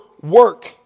work